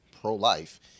pro-life